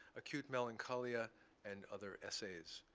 acute melancholia and other essays.